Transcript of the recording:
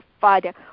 Father